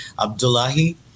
Abdullahi